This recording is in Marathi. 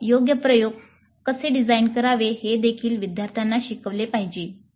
तर योग्य प्रयोग कसे डिझाइन करावे हे देखील विद्यार्थ्यांना शिकवले पाहिजे